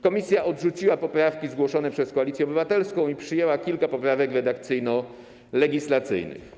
Komisja odrzuciła poprawki zgłoszone przez Koalicję Obywatelską i przyjęła kilka poprawek redakcyjno-legislacyjnych.